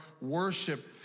worship